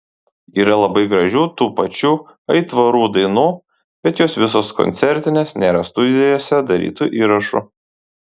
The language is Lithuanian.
yra labai gražių tų pačių aitvarų dainų bet jos visos koncertinės nėra studijose darytų įrašų